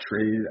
trade